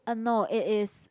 uh no it is